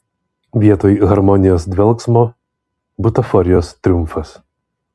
vietoj harmonijos dvelksmo butaforijos triumfas